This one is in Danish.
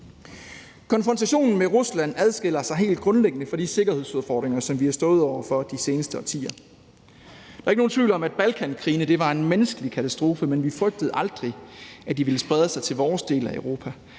Konfrontationen med Rusland adskiller sig helt grundlæggende fra de sikkerhedsudfordringer, som vi har stået over for de seneste årtier. Der er ikke nogen tvivl om, at Balkankrigene var en menneskelig katastrofe, men vi frygtede aldrig, at de ville sprede sig til vores del af Europa.